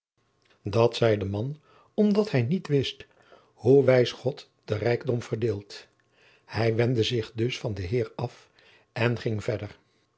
dat zei de man omdat hij niet wist hoe wijs god den rijkdom verdeelt hij wendde zich dus van den heer af en ging verder